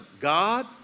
God